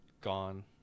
gone